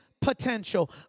potential